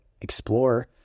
explore